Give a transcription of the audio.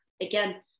Again